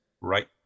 Right